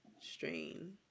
strain